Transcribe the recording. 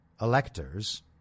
electors